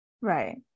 Right